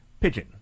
Pigeon